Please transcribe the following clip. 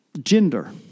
gender